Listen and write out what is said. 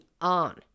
on